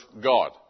God